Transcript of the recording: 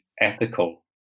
ethical